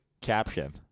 caption